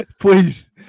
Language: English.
please